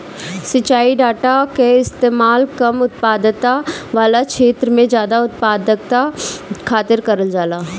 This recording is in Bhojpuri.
सिंचाई डाटा कअ इस्तेमाल कम उत्पादकता वाला छेत्र में जादा उत्पादकता खातिर करल जाला